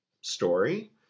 story